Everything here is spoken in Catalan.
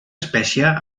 espècie